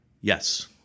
Yes